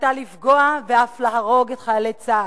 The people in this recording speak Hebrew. היתה לפגוע ואף להרוג את חיילי צה"ל.